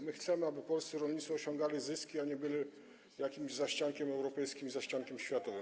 My chcemy, aby polscy rolnicy osiągali zyski, a nie byli jakimś zaściankiem, europejskim zaściankiem, światowym.